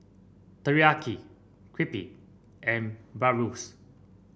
Teriyaki Crepe and Bratwurst